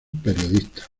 periodistas